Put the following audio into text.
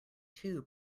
two